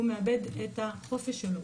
מאבד את החופש שלו.